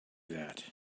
that